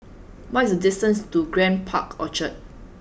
what is the distance to Grand Park Orchard